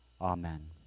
Amen